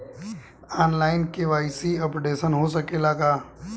आन line KYC updation हो सकेला का?